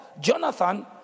Jonathan